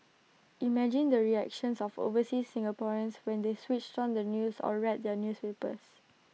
imagine the reactions of overseas Singaporeans when they switched on the news or read their newspapers